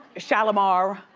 shalamar.